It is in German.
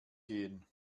gehen